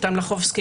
יותם לחובסקי,